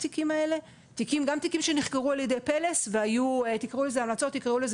גם תיקים שנחקרו על-ידי "פלס" והיו המלצות או תקראו לזה